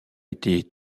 été